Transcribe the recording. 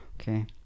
okay